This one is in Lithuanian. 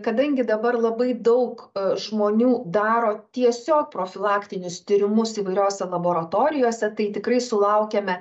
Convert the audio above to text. kadangi dabar labai daug žmonių daro tiesiog profilaktinius tyrimus įvairiose laboratorijose tai tikrai sulaukiame